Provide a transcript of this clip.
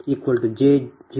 4697j0